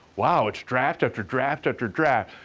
wow, it's draft after draft after draft.